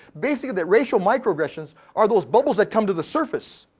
basically that racial microaggressions are those bubbles that come to the surface.